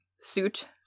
suit